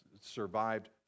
survived